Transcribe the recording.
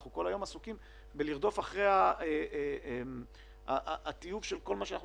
אנחנו כל היום עסוקים בלרדוף אחרי הטיוב של כל מה שאנחנו